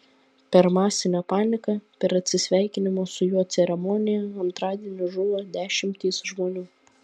per masinę paniką per atsisveikinimo su juo ceremoniją antradienį žuvo dešimtys žmonių